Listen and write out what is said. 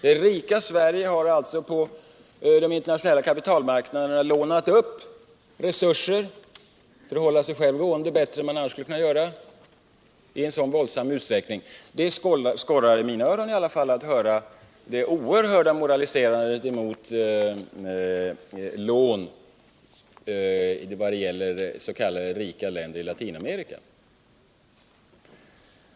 Det rika Sverige har alltså på de internationella kapitalmarknaderna lånat upp resurser för att hålla sig självt gående bättre än det annars skulle kunna göra i så stor utsträckning. Då skorrar det i varje fall i mina öron när jag hör det oerhörda moraliserandet emot lån ull s.k. rika länder i Latinamerika.